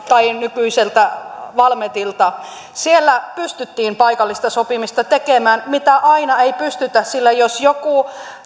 tai nykyiseltä valmetilta siellä pystyttiin paikallista sopimista tekemään mitä aina ei pystytä sillä jos joku